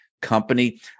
company